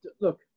look